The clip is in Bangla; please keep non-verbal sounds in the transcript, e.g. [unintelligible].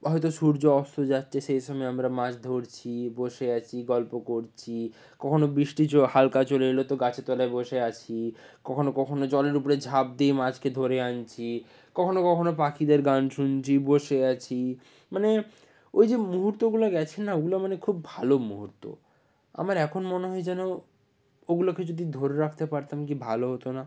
হয়তো সূর্য অস্ত যাচ্ছে সে সময় আমরা মাছ ধরছি বসে আছি গল্প করছি কখনও বৃষ্টি চো [unintelligible] হালকা চলে এল তো গাছের তলায় বসে আছি কখনও কখনও জলের উপড়ে ঝাঁপ দিয়ে মাছকে ধরে আনছি কখনও কখনও পাখিদের গান শুনছি বসে আছি মানে ওই যে মুহূর্তগুলো গেছে না ওগুলো মানে খুব ভালো মুহূর্ত আমার এখন মনে হয় যেন ওগুলোকে যদি ধরে রাখতে পারতাম কী ভালো হতো না